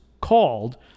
called